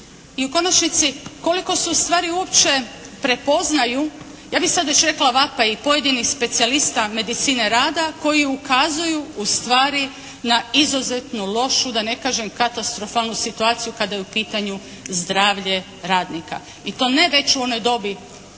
I u konačnici, koliko se ustvari uopće prepoznaju, ja bi sad još rekla ovakva i pojedinih specijalista medicine rada koji ukazuju ustvari na izuzetno lošu da ne kažem katastrofalnu situaciju kada je u pitanju zdravlje radnika. I to ne već u onoj dobi kada